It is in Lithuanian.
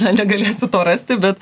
negalėsiu to rasti bet